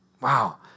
Wow